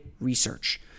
research